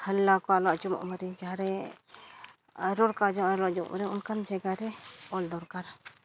ᱦᱟᱞᱞᱟ ᱠᱚ ᱟᱞᱚ ᱟᱸᱡᱚᱢᱚᱜ ᱢᱟ ᱡᱟᱦᱟᱸᱨᱮ ᱨᱚᱲ ᱠᱚ ᱟᱞᱚ ᱟᱸᱡᱚᱢᱚᱜ ᱢᱟ ᱚᱱᱮ ᱚᱱᱠᱟᱱ ᱡᱟᱭᱜᱟ ᱨᱮ ᱚᱞ ᱫᱚᱨᱠᱟᱨᱟ